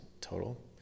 total